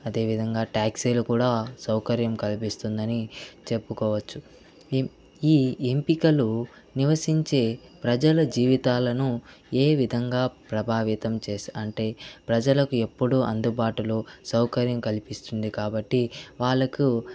అదే విధంగా ట్యాక్సీలు కూడా సౌకర్యం కల్పిస్తుందని చెప్పుకోవచ్చు ఎం ఈ ఎంపికలు నివసించే ప్రజల జీవితాలను ఏ విధంగా ప్రభావితం చేసి అంటే ప్రజలకు ఎప్పుడూ అందుబాటులో సౌకర్యం కల్పిస్తుంది కాబట్టి వాళ్లకు